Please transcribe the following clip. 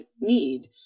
need